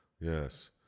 yes